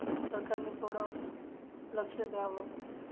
सरकारने थोडं लक्ष द्यावं